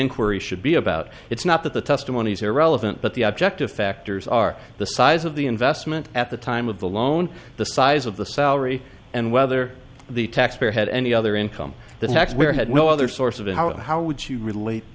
inquiry should be about it's not that the testimonies are irrelevant but the objective factors are the size of the investment at the time of the loan the size of the salary and whether the taxpayer had any other income the tax where had no other source of how it how would you relate t